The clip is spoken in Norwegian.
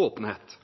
åpenhet